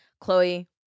Chloe